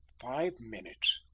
five minutes!